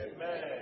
Amen